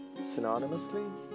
synonymously